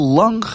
lang